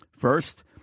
First